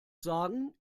sagen